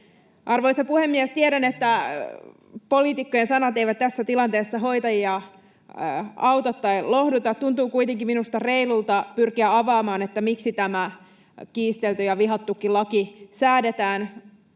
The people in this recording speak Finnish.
Arvoisa puhemies! Tiedän, että poliitikkojen sanat eivät tässä tilanteessa hoitajia auta tai lohduta. Tuntuu kuitenkin minusta reilulta pyrkiä avaamaan, miksi tämä kiistelty ja vihattukin laki säädetään.